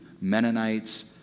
Mennonites